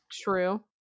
true